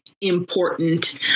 important